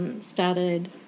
started